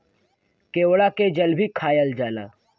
केवड़ा के जल भी खायल जाला